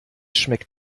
schmeckt